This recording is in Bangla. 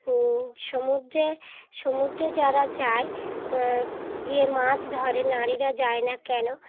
সমুদ্রে সমুদ্রে যারা যায় গিয়ে মাছ ধরে নারীরা যায় না কেন